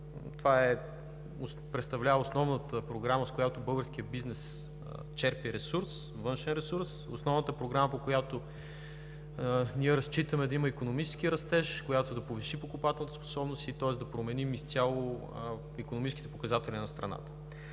Това представлява основната Програма, с която българският бизнес черпи ресурс, външен ресурс, основната Програма, по която ние разчитаме да има икономически растеж, която да повиши покупателната способност и да променим изцяло икономическите показатели на страната.